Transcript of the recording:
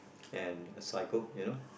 and a cycle you know